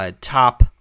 Top